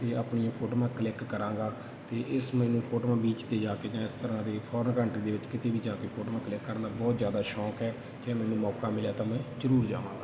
ਅਤੇ ਆਪਣੀਆਂ ਫੋਟੋਆਂ ਕਲਿੱਕ ਕਰਾਂਗਾ ਅਤੇ ਇਸ ਮੈਨੂੰ ਫੋਟੋਆਂ ਬੀਚ 'ਤੇ ਜਾ ਕੇ ਜਾਂ ਇਸ ਤਰ੍ਹਾਂ ਦੇ ਫੋਰਨ ਕੰਟਰੀ ਦੇ ਵਿੱਚ ਕਿਤੇ ਵੀ ਜਾ ਕੇ ਫੋਟੋਆਂ ਕਲਿੱਕ ਕਰਨ ਦਾ ਬਹੁਤ ਜ਼ਿਆਦਾ ਸ਼ੌਕ ਹੈ ਅਤੇ ਮੈਨੂੰ ਮੌਕਾ ਮਿਲਿਆ ਤਾਂ ਮੈਂ ਜ਼ਰੂਰ ਜਾਵਾਂਗਾ